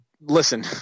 listen